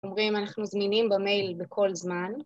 אומרים אנחנו זמינים במייל בכל זמן